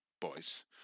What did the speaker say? boys